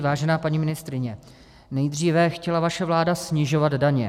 Vážená paní ministryně, nejdříve chtěla vaše vláda snižovat daně.